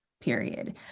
Period